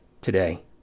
today